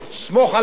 סמוך עלי.